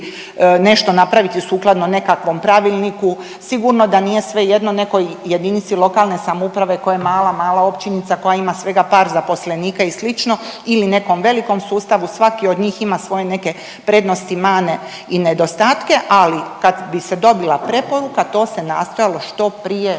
nešto napraviti sukladno nekakvom pravilniku. Sigurno da nije svejedno nekoj jedinici lokalne samouprave koja je mala, mala općinica koja ima svega par zaposlenika i sl. ili nekom velikom sustavu svaki od njih ima neke svoje prednosti i mane i nedostatke, ali kad bi se dobila preporuka to se nastojalo što prije